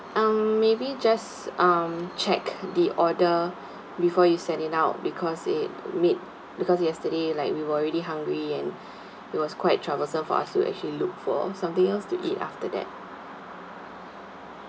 um maybe just um check the order before you send it out because it made because yesterday like we were already hungry and it was quite troublesome for us to actually look for something else to eat after that